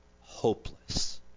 hopeless